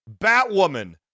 Batwoman